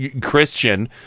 christian